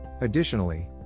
Additionally